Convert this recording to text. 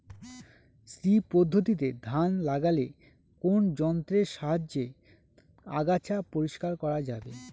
শ্রী পদ্ধতিতে ধান লাগালে কোন যন্ত্রের সাহায্যে আগাছা পরিষ্কার করা যাবে?